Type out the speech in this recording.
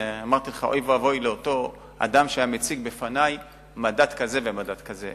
אוי ואבוי לאותו אדם שהיה מציג בפני מדד כזה ומדד כזה.